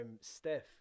Steph